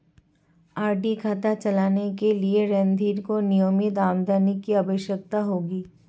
RD खाता चलाने के लिए रणधीर को नियमित आमदनी की आवश्यकता होगी